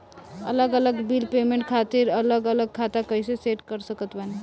अलग अलग bill payment खातिर अलग अलग खाता कइसे सेट कर सकत बानी?